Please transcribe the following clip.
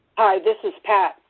this is pat.